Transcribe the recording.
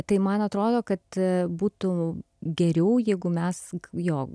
tai man atrodo kad būtų geriau jeigu mes jo